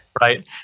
right